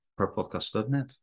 perpodcast.net